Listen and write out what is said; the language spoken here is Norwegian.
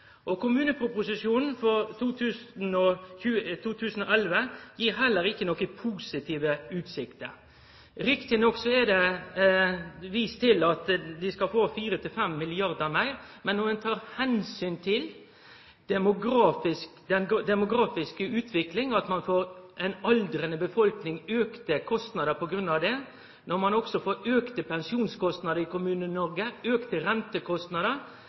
Kommuneproposisjonen for 2011 gir heller ikkje nokon positive utsikter. Riktig nok er det vist til at dei skal få 4–5 mrd. kr meir. Men når ein tek omsyn til den demografiske utviklinga, at ein får ei aldrande befolkning og auka kostnader på grunn av det, og når ein også får auka pensjonskostnader i